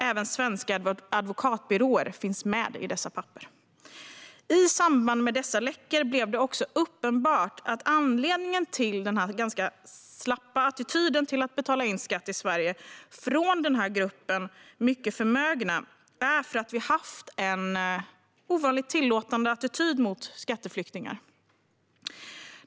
Även svenska advokatbyråer finns med i dessa papper. I samband med dessa läckor blev det också uppenbart att anledningen till denna ganska slappa attityd till att betala in skatt i Sverige från denna grupp mycket förmögna människor är att vi har haft en ovanligt tillåtande attityd mot skatteflyktingar.